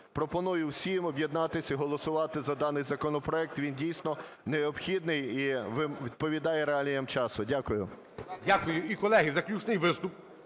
Пропоную всім об'єднатися і голосувати за даний законопроект. Він дійсно необхідний і відповідає реаліям часу. Дякую.